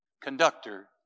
conductor